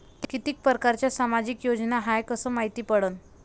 कितीक परकारच्या सामाजिक योजना हाय कस मायती पडन?